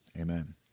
Amen